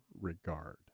regard